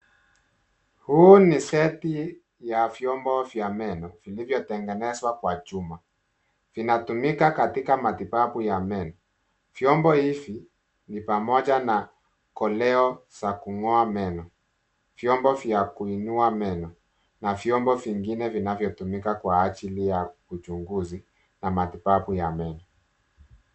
Huu ni seti ya vyombo vya meno vilivyotengenezwa kwa chuma vinatumika katika matibabu ya meno, vyombo hivi ni pamoja na koleo za kungoa meno, vyombo vya kuinua meno na vyombo vingine vinavyotumika kwa ajili ya uchunguzi na matibabu ya meno.